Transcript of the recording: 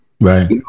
Right